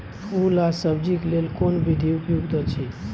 फूल आ सब्जीक लेल कोन विधी उपयुक्त अछि?